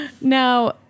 Now